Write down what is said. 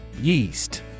Yeast